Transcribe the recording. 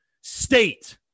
state